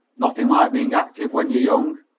nothing like being active when you're young.